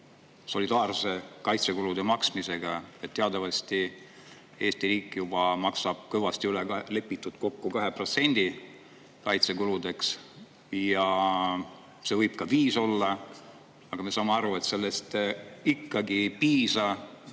solidaarse kaitsekulude maksmisega. Teatavasti Eesti riik juba maksab kõvasti üle kokkulepitud 2% kaitsekuludeks, see võib ka 5% olla, aga me saame aru, et sellest ikkagi ei piisa